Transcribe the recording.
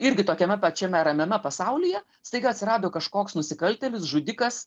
irgi tokiame pačiame ramiame pasaulyje staiga atsirado kažkoks nusikaltėlis žudikas